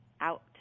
out